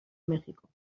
méxico